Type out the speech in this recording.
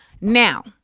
Now